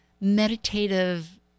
meditative